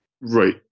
Right